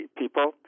people